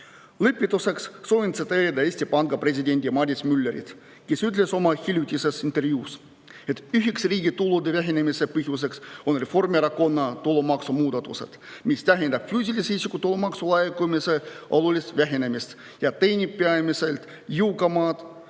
Lõpetuseks soovin tsiteerida Eesti Panga presidenti Madis Müllerit, kes ütles oma hiljutises intervjuus, et üheks riigi tulude vähenemise põhjuseks on Reformierakonna tulumaksumuudatused, mis tähendab füüsilise isiku tulumaksu laekumise olulist vähenemist ja teenib peamiselt jõukama